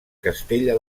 castella